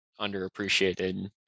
underappreciated